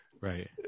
right